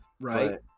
right